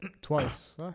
Twice